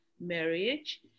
marriage